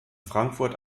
frankfurt